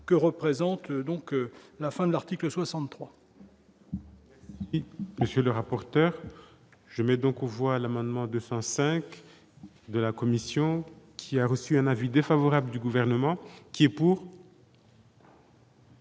que représente donc la fin de l'article 63.